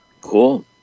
Cool